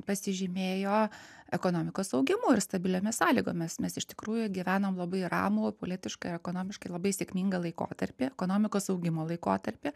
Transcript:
pasižymėjo ekonomikos augimu ir stabiliomis sąlygomis mes iš tikrųjų gyvenom labai ramų politiškai ir ekonomiškai labai sėkmingą laikotarpį ekonomikos augimo laikotarpį